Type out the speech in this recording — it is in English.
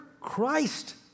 Christ